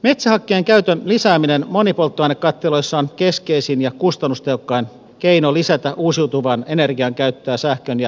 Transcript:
metsähakkeen käytön lisääminen monipolttoainekattiloissa on keskeisin ja kustannustehokkain keino lisätä uusiutuvan energian käyttöä sähkön ja lämmön tuotannossa